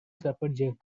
suffered